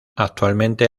actualmente